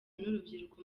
n’urubyiruko